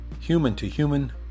human-to-human